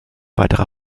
weitere